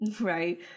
right